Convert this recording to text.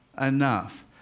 enough